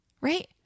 Right